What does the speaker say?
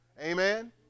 amen